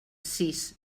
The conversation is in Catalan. sis